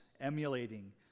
emulating